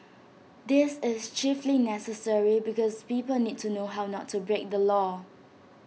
this is chiefly necessary because people need to know how not to break the law